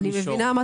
אבל אתה